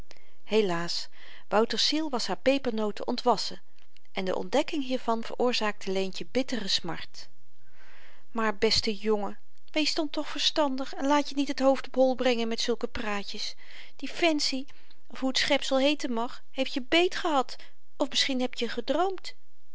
helaas wouter's ziel was haar pepernoten ontwassen en de ontdekking hiervan veroorzaakte leentje bittere smart maar beste jongen wees dan toch verstandig en laat je niet het hoofd op hol brengen met zulke praatjes die fancy of hoe t schepsel heeten mag heeft je beet gehad of misschien heb je gedroomd